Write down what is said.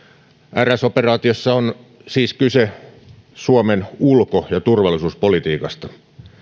rs operaatiossa on siis kyse suomen ulko ja turvallisuuspolitiikasta